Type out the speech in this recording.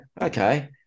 okay